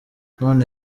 none